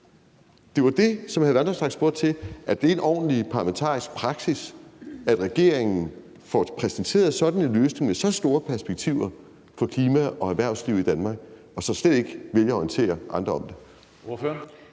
Det var det, som hr. Alex Vanopslagh spurgte til. Er det en ordentlig parlamentarisk praksis, at regeringen får præsenteret sådan en løsning med så store perspektiver for klima og erhvervsliv i Danmark og så slet ikke vælger at orientere andre om det?